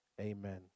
amen